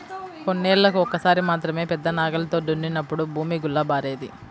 కొన్నేళ్ళకు ఒక్కసారి మాత్రమే పెద్ద నాగలితో దున్నినప్పుడు భూమి గుల్లబారేది